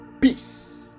peace